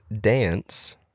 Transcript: dance